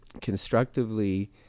constructively